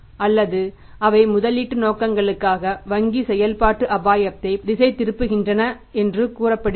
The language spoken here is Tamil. அல்லது அவைமுதலீட்டு நோக்கங்களுக்காக வாங்கி செயல்பாட்டு அபாயத்தை திசை திருப்புகின்றன என்று கூறப்படுகிறது